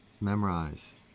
memorize